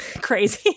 crazy